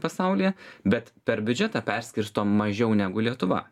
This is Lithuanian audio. pasaulyje bet per biudžetą perskirsto mažiau negu lietuva